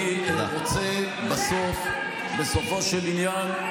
אני רוצה בסופו של עניין,